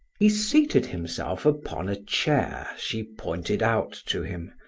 he seated himself upon a chair she pointed out to him,